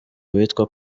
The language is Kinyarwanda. bitwa